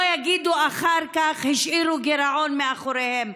יגידו אחר כך "השאירו גירעון מאחוריהם".